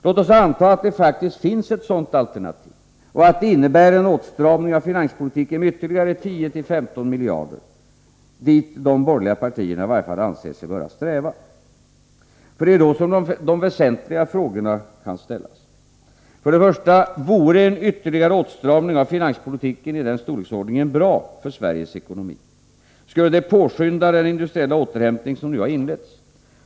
Låt oss anta att det faktiskt finns ett sådant alternativ, och att det innebär en åtstramning av finanspolitiken med ytterligare 10-15 miljarder — dit de borgerliga partierna i varje fall anser sig böra sträva. För det är då som de väsentliga frågorna kan ställas. För det första: Vore en ytterligare åtstramning av finanspolitiken i den storleksordningen bra för Sveriges ekonomi? Skulle det påskynda den industriella återhämtning som nu har inletts?